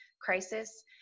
crisis